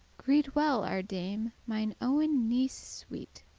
greet well our dame, mine owen niece sweet,